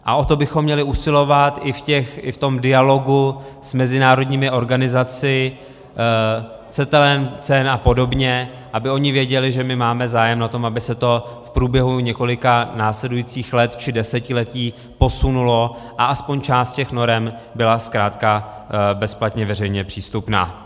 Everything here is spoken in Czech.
A o to bychom měli usilovat i v tom dialogu s mezinárodními organizacemi CETELEC, CEN apod., aby i ony věděly, že máme zájem na tom, aby se to v průběhu několika následujících let či desetiletí posunulo a aspoň část těch norem byla zkrátka bezplatně veřejně přístupná.